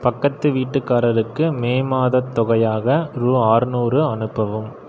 பக்கத்து வீட்டுக்காரருக்கு மே மாதத் தொகையாக ரூ ஆறுநூறு அனுப்பவும்